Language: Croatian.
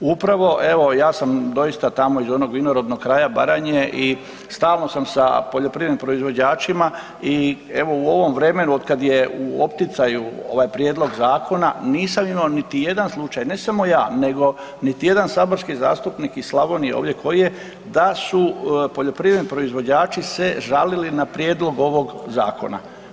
Upravo evo, ja sam doista tamo iz onog vinorodnog kraja Baranje i stalno sam poljoprivrednim proizvođačima i evo u ovom vremenu otkad je u opticaju ovaj prijedlog zakona, nisam imao niti jedan slučaj, ne samo ja nego niti jedan saborski zastupnik iz Slavonije ovdje koji je, da su poljoprivredni proizvođači se žalili na prijedlog ovog zakona.